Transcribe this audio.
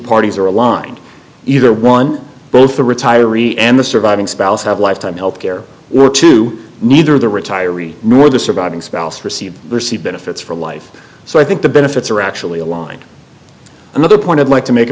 parties are aligned either one or both the retiree and the surviving spouse have lifetime health care were two neither the retirees nor the surviving spouse receive receive benefits for life so i think the benefits are actually aligned another point of light to make